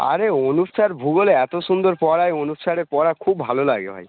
আরে অনুপ স্যার ভূগোলে এত সুন্দর পড়ায় অনুপ স্যারের পড়া খুব ভালো লাগে ভাই